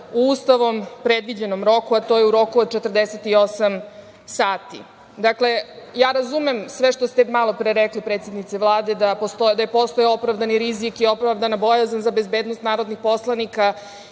u Ustavom predviđenom roku, a to je u roku od 48 sati. Dakle, ja razumem sve što ste malo pre rekli predsednice Vlade da je postojao opravdani rizik i opravdana bojazan za bezbednost narodnih poslanika